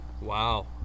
Wow